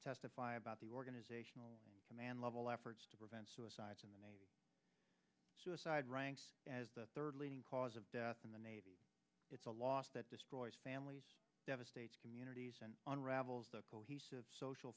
testify about the organizational command level efforts to prevent suicides in the name suicide ranks as the third leading cause of death in the navy it's a loss that destroys families devastated communities on revels the cohesive social